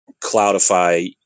cloudify